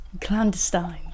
clandestine